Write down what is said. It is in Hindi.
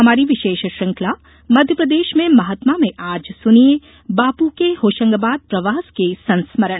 हमारी विशेष श्रंखला मध्यप्रदेश में महात्मा में आज सुनिए बापू के होशंगाबाद प्रवास के संस्मरण